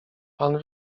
pan